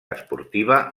esportiva